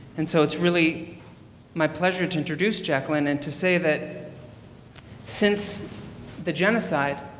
and so it's really my pleasure to introduce jacqueline and to say that since the genocide,